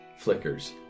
flickers